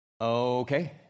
Okay